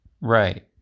Right